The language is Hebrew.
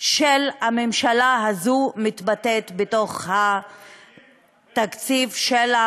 של הממשלה הזאת מתבטאת בתוך התקציב של,